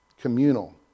communal